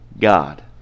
God